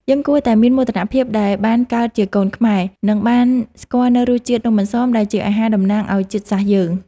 យើងគួរតែមានមោទនភាពដែលបានកើតជាកូនខ្មែរ និង បានស្គាល់នូវរសជាតិនំអន្សមដែលជាអាហារតំណាងឱ្យជាតិសាសន៍យើង។